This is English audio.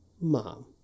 Mom